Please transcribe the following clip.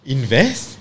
Invest